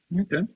okay